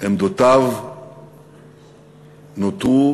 עמדותיו נותרו